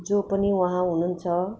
जो पनि वहाँ हुनुहुन्छ